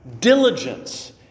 Diligence